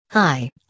Hi